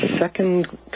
second